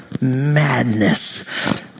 madness